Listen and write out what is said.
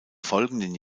folgenden